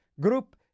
group